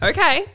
Okay